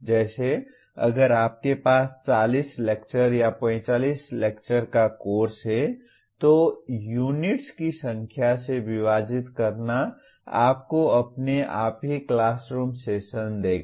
जैसे अगर आपके पास 40 लेक्चर या 45 लेक्चर का कोर्स है तो यूनिट्स की संख्या से विभाजित करना आपको अपने आप ही क्लासरूम सेशन देगा